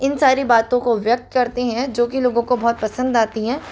इन सारी बातों को व्यक्त करते हैं जो कि लोगों को बहुत पसंद आती हैं